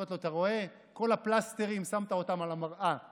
שם פלסטרים ועלה למיטה לישון.